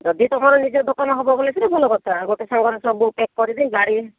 ଯଦି ତମର ନିଜ ଦୋକାନ ହବ ବୋଲିକିରି ଭଲ କଥା ଗୋଟେ ସାଙ୍ଗରେ ସବୁ ପ୍ୟାକ କରିଦେଇ ଗାଡ଼ି